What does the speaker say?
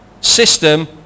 system